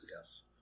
Yes